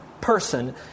person